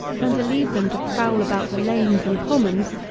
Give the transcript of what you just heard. than to leave them to prowl about the lanes and commons,